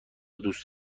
دوست